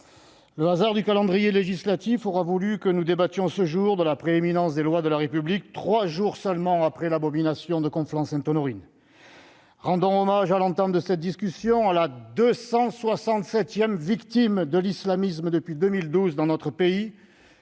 le hasard du calendrier législatif aura voulu que nous débattions aujourd'hui de « la prééminence des lois de la République » trois jours seulement après l'abomination de Conflans-Sainte-Honorine. Rendons hommage, à l'entame de cette discussion, à la 267 victime de l'islamisme depuis 2012 dans notre pays,